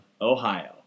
Ohio